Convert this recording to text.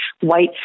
white